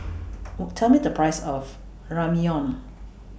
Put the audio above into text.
Tell Me The Price of Ramyeon